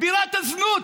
בירת הזנות,